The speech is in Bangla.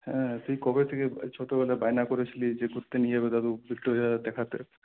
হ্যাঁ তুই কবে থেকে ছোট্টবেলায় বায়না করেছিলি যে ঘুরতে নিয়ে যাবে দাদু ভিক্টোরিয়া দেখাতে